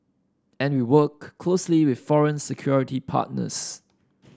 and we work closely with foreign security partners